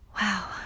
wow